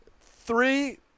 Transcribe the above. three